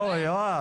יואב.